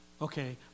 Okay